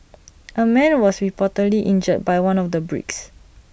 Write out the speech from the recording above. A man was reportedly injured by one of the bricks